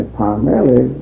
primarily